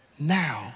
Now